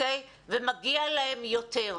ומגיע להם יותר,